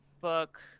book